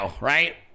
right